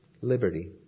liberty